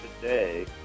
today